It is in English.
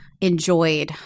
enjoyed